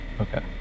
Okay